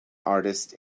artist